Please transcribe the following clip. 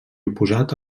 oposat